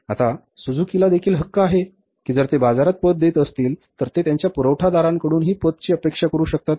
आता सुझुकीला देखील हक्क आहे की जर ते बाजारात पत देत असतील तर ते त्यांच्या पुरवठादारांकडूनही पतची अपेक्षा करू शकतात